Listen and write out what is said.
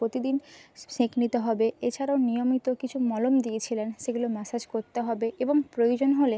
প্রতিদিন সেঁক নিতে হবে এছাড়াও নিয়মিত কিছু মলম দিয়েছিলেন সেগুলো ম্যাসাজ করতে হবে এবং প্রয়োজন হলে